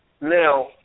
Now